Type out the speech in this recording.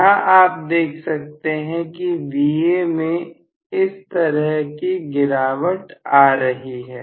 यहां आप देख सकते हैं की Va में इस तरह गिरावट आ रही है